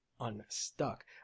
unstuck